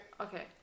okay